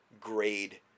grade